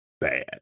bad